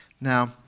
Now